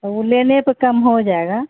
وہ لینے پہ کم ہو جائے گا